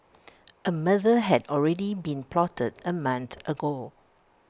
A murder had already been plotted A month ago